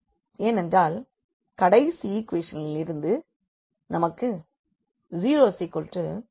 ஏனென்றால் கடைசி ஈக்குவேஷனிலிருந்து நமக்கு 0 என்று கிடைக்கும்